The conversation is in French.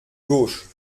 gauche